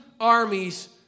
armies